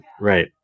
right